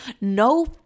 No